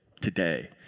today